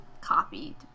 copied